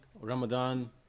Ramadan